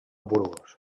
burgos